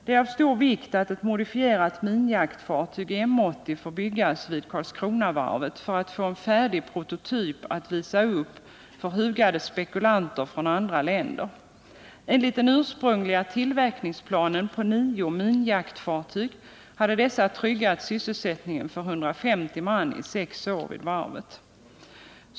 Det är av stor vikt att ett modifierat minjaktfartyg, M 80, får byggas vid Karlskronavarvet för att man skall få en färdig prototyp att visa upp för hugade spekulanter från andra länder. Enligt den ursprungliga tillverkningsplanen, som avsåg nio minjaktfartyg, skulle dessa ha tryggat sysselsättningen vid varvet för 150 man i sex år.